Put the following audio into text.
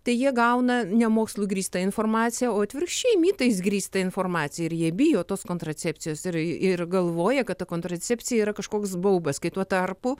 tai jie gauna ne mokslu grįstą informaciją o atvirkščiai mitais grįstą informaciją ir jie bijo tos kontracepcijos ir ir galvoja kad ta kontracepcija yra kažkoks baubas kai tuo tarpu